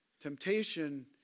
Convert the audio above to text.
Temptation